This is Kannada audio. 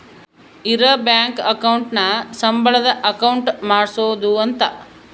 ಇರ ಬ್ಯಾಂಕ್ ಅಕೌಂಟ್ ನ ಸಂಬಳದ್ ಅಕೌಂಟ್ ಮಾಡ್ಸೋದ ಅಂತ